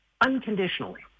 unconditionally